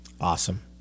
awesome